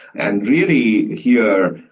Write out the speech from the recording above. and really here,